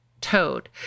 toad